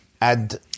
add